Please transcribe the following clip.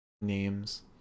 names